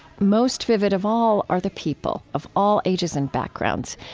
most vivid of all are the people, of all ages and backgrounds.